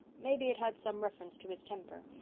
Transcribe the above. maybe it had some reference to his temper.